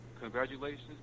congratulations